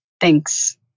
thanks